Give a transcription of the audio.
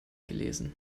gelesen